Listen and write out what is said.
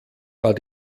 war